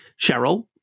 Cheryl